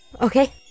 Okay